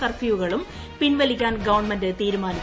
കർഫ്യൂകളും പിൻവലിക്കാൻ ഗവൺമെന്റ് തീരുമാനിച്ചു